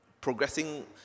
progressing